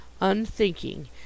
unthinking